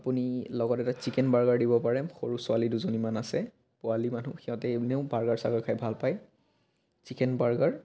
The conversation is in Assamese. আপুনি লগত এটা ছিকেন বাৰ্গাৰ দিব পাৰে সৰু ছোৱালী দুজনীমান আছে পোৱালী মানুহ সিহঁতে এনেও বাৰ্গাৰ ছাৰ্গাৰ খাই ভাল পায় ছিকেন বাৰ্গাৰ